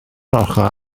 ochr